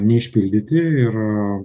neišpildyti ir